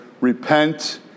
repent